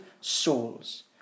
souls